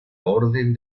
orden